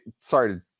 sorry